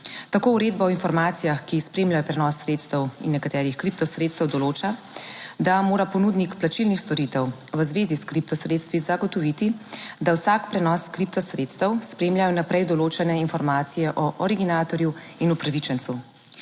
Tako uredba o informacijah, ki spremljajo prenos sredstev in nekaterih kripto sredstev določa, da mora ponudnik plačilnih storitev v zvezi s kripto sredstvi zagotoviti, da vsak prenos kripto sredstev. Spremlja jo vnaprej določene informacije o originatorju in upravičencu.